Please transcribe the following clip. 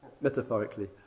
Metaphorically